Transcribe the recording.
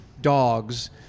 dogs